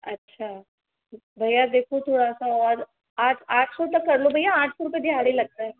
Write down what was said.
अच्छा भैया देखो थोड़ा सा और आठ आठ सौ तक कर लो भैया आठ सौ रुपए दिहाड़ी लग रहा है